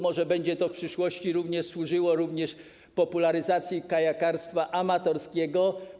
Może będzie to w przyszłości służyło również popularyzacji kajakarstwa amatorskiego.